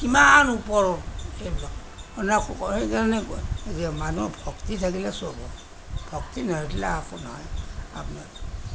কিমান ওপৰত এইবিলাক সেইকাৰণে কয় যে মানুহ ভক্তি থাকিলে চব হয় ভক্তি নাথাকিলে একো নহয় আপোনাৰ